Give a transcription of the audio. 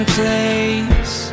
place